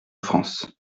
france